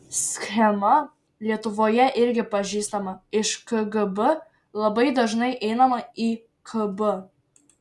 schema lietuvoje irgi pažįstama iš kgb labai dažnai einama į kb